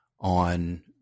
on –